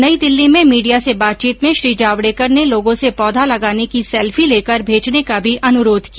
नई दिल्ली में मीडिया से बातचीत में श्री जावड़ेकर ने लोगों से पौधा लगाने की सेल्फी लेकर मेजने का भी अनुरोध किया